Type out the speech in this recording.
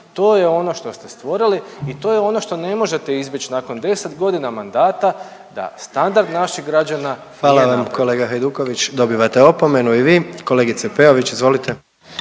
to je ono što ste stvorili i to je ono što ne možete izbjeći nakon 10 godina mandata da standard naših građana nije jednak. **Jandroković, Gordan (HDZ)** Hvala vam kolega Hajduković, dobivate opomenu i vi. Kolegice Peović, izvolite.